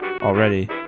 already